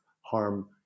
harm